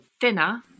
thinner